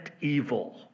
evil